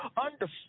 understand